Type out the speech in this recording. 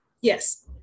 Yes